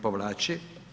Povlači.